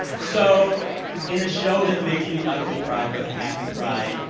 so in a show that makes me ugly cry, but happy cry.